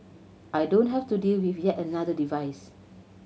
I don't have to deal with yet another device